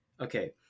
Okay